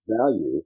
value